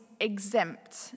exempt